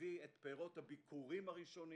הביא את פירות הביכורים הראשונים,